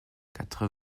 quatre